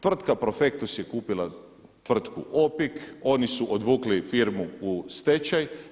Tvrtka Profectus je kupila tvrtku Opig, oni su odvukli firmu u stečaj.